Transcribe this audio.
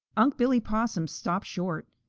unc' billy possum stopped short.